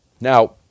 Now